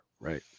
right